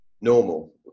normal